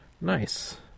nice